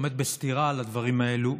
עומד בסתירה לדברים האלו,